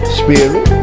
spirit